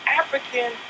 African